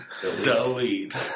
Delete